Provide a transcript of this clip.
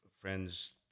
friends